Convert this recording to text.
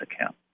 account